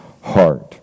heart